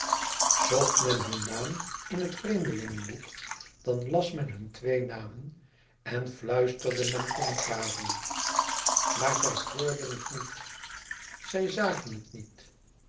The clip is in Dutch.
zocht men hun naam in het vreemdelingenboek dan las men hunne twee namen en fluisterde men commentaren maar zij hoorden het niet zij zagen het niet